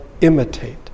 imitate